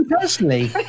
personally